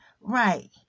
right